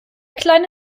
kleine